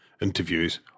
interviews